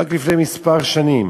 רק לפני כמה שנים